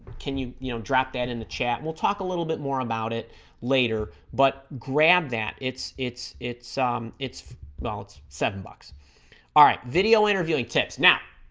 can you you know drop that in the chat we'll talk a little bit more about it later but grab that it's it's it's um it's well it's seven bucks all right video interviewing tips now